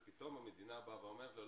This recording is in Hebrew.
ופתאום המדינה באה ואומרת לו,